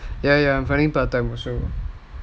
ya ya I'm finding part time also